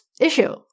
issue